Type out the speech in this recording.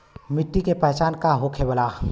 मिट्टी के पहचान का होखे ला?